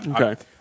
Okay